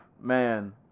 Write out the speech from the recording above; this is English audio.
man